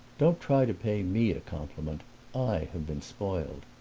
don't try to pay me a compliment i have been spoiled,